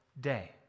day